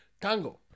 Tango